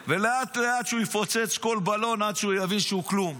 ולאט-לאט שהוא יפוצץ כל בלון עד שהוא יבין שהוא כלום,